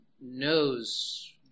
knows